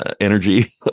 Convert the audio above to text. energy